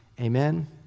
Amen